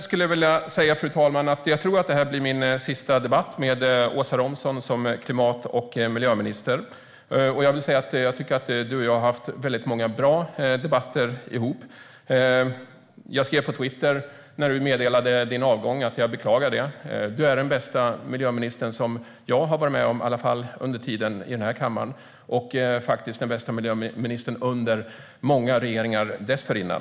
Fru talman! Jag tror att detta blir min sista debatt med Åsa Romson som klimat och miljöminister. Jag vill säga att jag tycker att du och jag har haft många bra debatter. När du meddelade din avgång skrev jag på Twitter att jag beklagar det. Du är den bästa miljöminister som jag har varit med om under min tid i den här kammaren och faktiskt den bästa miljöministern under många regeringar dessförinnan.